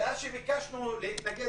ואז כשביקשנו להתנגד,